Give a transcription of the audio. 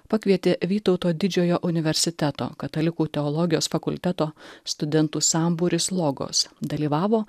pakvietė vytauto didžiojo universiteto katalikų teologijos fakulteto studentų sambūris sogos dalyvavo